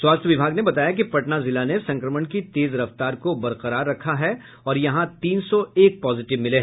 स्वास्थ्य विभाग ने बताया कि पटना जिला ने संक्रमण की तेज रफ्तार को बरकरार रखा और यहां तीन सौ एक पॉजिटिव मिले